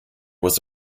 was